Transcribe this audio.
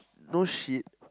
no shit